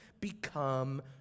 become